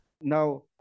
now